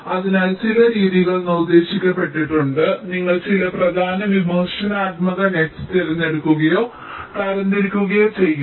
അതിനാൽ ചില രീതികൾ നിർദ്ദേശിക്കപ്പെട്ടിട്ടുണ്ട് നിങ്ങൾ ചില പ്രധാന വിമർശനാത്മക നെറ്സ് തിരഞ്ഞെടുക്കുകയോ തരം തിരിക്കുകയോ ചെയ്യുന്നു